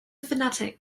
fanatic